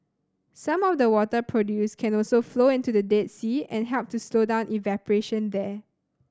some of the water produced can also flow into the Dead Sea and help to slow down evaporation there